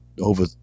over